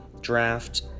draft